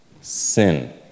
sin